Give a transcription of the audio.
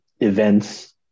events